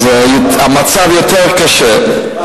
המצב יותר קשה,